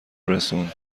رسوند